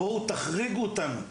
בואו תחריגו אותנו,